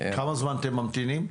כמה זמן אתם ממתינים?